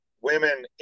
women